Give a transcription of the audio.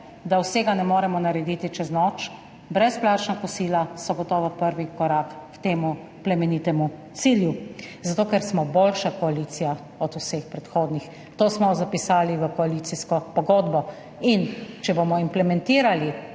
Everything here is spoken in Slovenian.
da vsega ne moremo narediti čez noč, brezplačna kosila so gotovo prvi korak k temu plemenitemu cilju, zato ker smo boljša koalicija od vseh predhodnih. To smo zapisali v koalicijsko pogodbo. In če bomo implementirali